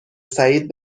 سعید